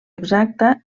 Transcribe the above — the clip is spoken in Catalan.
exacta